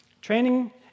training